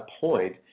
point